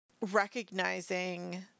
recognizing